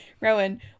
Rowan